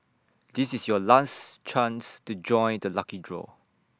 this is your last chance to join the lucky draw